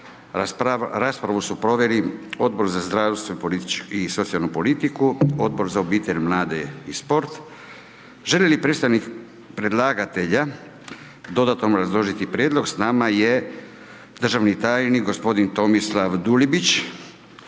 Raspravu su proveli Odbor za zdravstvo i socijalnu politiku, Odbor za obitelj, mlade i sport. Želi li predstavnik predlagatelja dodatno obrazložiti prijedlog? S nama je državni tajnik gospodin Tomislav Dulibić.